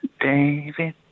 David